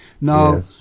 Now